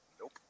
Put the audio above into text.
nope